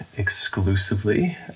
exclusively